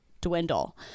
dwindle